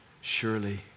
Surely